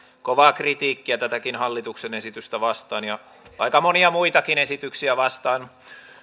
kovaa kritiikkiä tätäkin hallituksen esitystä vastaan ja aika monia muitakin esityksiä vastaan